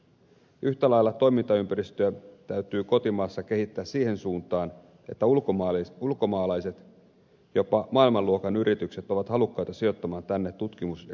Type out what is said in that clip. yhtä lailla toimintaympäristöä täytyy kotimaassa kehittää siihen suuntaan että ulkomaalaiset jopa maailmanluokan yritykset ovat halukkaita sijoittamaan tänne tutkimus ja kehittämistoimintojaan